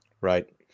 Right